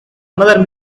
another